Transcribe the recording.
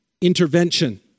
Intervention